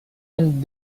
and